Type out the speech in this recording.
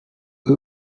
eux